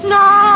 no